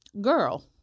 Girl